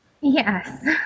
Yes